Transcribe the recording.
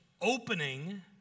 opening